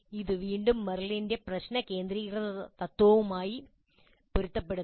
ഇത് വീണ്ടും മെറിലിന്റെ പ്രശ്ന കേന്ദ്രീകൃത തത്ത്വവുമായി പൊരുത്തപ്പെടുന്നു